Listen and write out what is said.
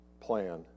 plan